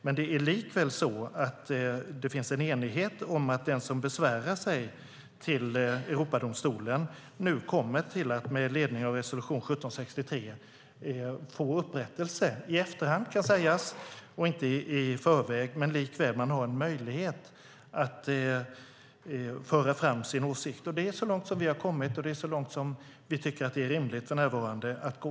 Men det finns likväl en enighet om att den som besvärar sig till Europadomstolen, med ledning av resolution 1763, kommer att få upprättelse - i efterhand, kan sägas, och inte i förväg. Men man har likväl en möjlighet att föra fram sin åsikt. Det är så långt som vi har kommit, och det är så långt som vi för närvarande tycker att det är rimligt att gå.